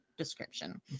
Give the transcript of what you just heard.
Description